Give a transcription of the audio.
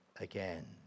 again